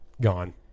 gone